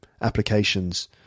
applications